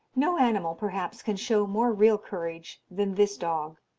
no animal, perhaps, can show more real courage than this dog.